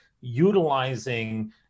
utilizing